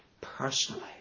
personally